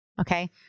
okay